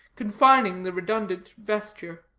confining the redundant vesture